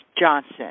Johnson